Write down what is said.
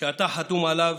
שאתה חתום עליו,